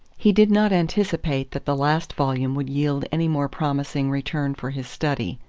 he did not anticipate that the last volume would yield any more promising return for his study.